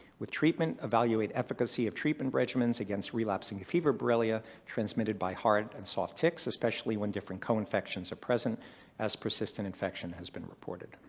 with treatment, evaluate efficacy of treatment regimens against relapsing fever, borrelia transmitted by hard and soft ticks, ticks, especially when different co-infections, are present as persistent infection has been reported.